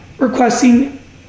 requesting